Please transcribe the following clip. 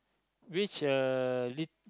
which uh lit